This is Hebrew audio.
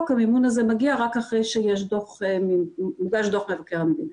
המימון הזה מגיע רק אחרי שמוגש דוח מבקר המדינה.